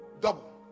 Double